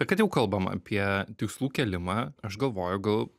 kad jau kalbam apie tikslų kėlimą aš galvoju gal